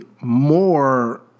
more